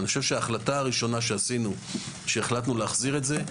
אני חושב שההחלטה הראשונה שעשינו כשהחלטנו להחזיר את זה,